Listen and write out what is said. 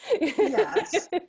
Yes